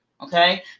Okay